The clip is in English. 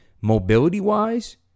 mobility-wise